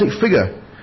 figure